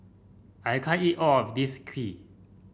I can't eat all of this Kheer